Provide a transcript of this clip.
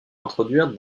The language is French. introduire